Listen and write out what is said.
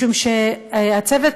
משום שהצוות,